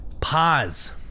Pause